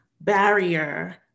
barrier